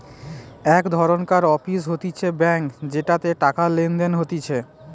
এক ধরণকার অফিস হতিছে ব্যাঙ্ক যেটাতে টাকা লেনদেন হতিছে